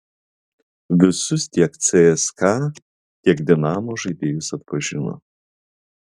visus tiek cska tiek dinamo žaidėjus atpažino